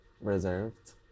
reserved